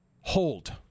Hold